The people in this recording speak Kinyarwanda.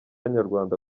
nyarwanda